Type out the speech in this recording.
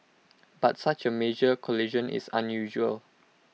but such A major collision is unusual